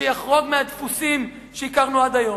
שיחרוג מהדפוסים שהכרנו עד היום,